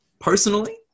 Personally